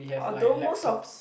although most of